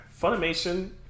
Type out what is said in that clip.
Funimation